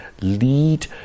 lead